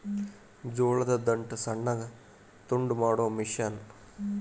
ಜೋಳದ ದಂಟ ಸಣ್ಣಗ ತುಂಡ ಮಾಡು ಮಿಷನ್